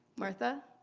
martha?